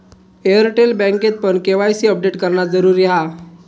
Airtel बँकेतपण KYC update करणा जरुरी हा